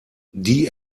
die